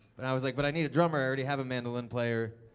but i was like, but i need a drummer. i already have a mandolin player.